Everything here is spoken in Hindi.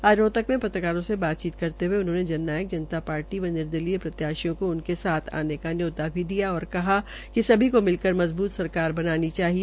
आज रोहतक में पत्रकारों से बातचीत करते हये उन्होंने जन नायक जनता पार्टी व निर्दलीयय प्रत्याशियों को उनके साथ आने का न्यौता भी दिया और कहा कि सभी को मिलकर मजबूत सरकार बनानी चाहिए